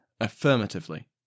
affirmatively